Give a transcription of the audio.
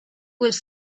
was